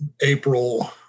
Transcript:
April